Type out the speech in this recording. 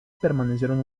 permanecieron